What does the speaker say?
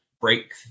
break